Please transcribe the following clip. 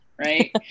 right